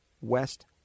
West